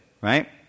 right